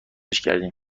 کردیمش